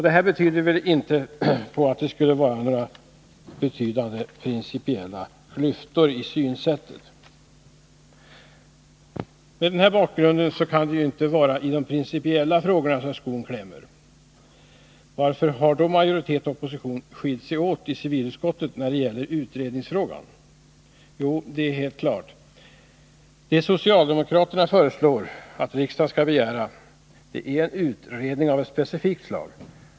Det här tyder väl inte på att det skulle finnas några betydande principiella klyftor i fråga om synsätten. Med den här bakgrunden kan det ju inte vara i de principiella frågorna som skon klämmer. Varför har då majoritet och opposition skilt sig åt i civilutskottet när det gäller utredningsfrågan? Jo, det är helt klart. Det 2 socialdemokraterna föreslår att riksdagen skall begära är en utredning av ett specifikt slag.